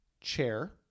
chair